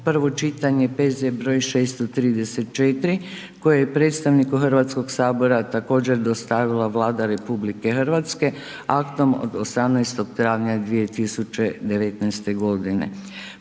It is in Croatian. prvo čitanje P.Z. broj 634, koje je predstavniku Hrvatskog sabora također dostavila Vlada RH aktom od 18. travnja 2019. godine.